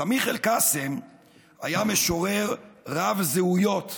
סמיח אל-קאסם היה משורר רב-זהויות: